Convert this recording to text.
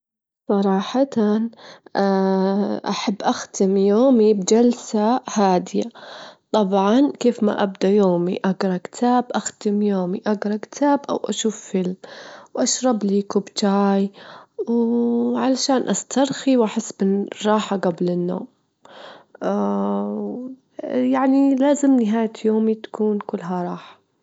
أني أشوف إانه مكملات لبعض، الألات الفنية والجهد البشري مكملات لبعض، إنهن ينتجن لوحة فنية، ينتجن الفن مع بعض، ما أجدر أجول الألات تنتج الفن أو الفن هو جهد بشري بحت.